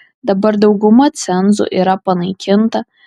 dabar dauguma cenzų yra panaikinta